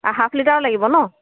half লিটাৰৰ লাগিব ন